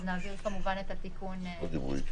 אז נעביר כמובן את התיקון שייקבע.